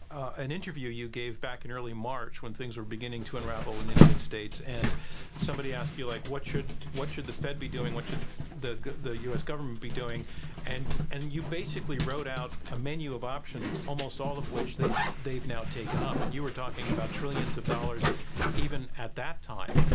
an interview you gave back in early march when things were beginning to unravel in the united states and somebody asked you, like, what should what should the fed be doing, what should the the u. s. government be doing and and you basically wrote out a menu of options almost all of which they've they've now taken up. and you were talking about trillions of dollars even at that time.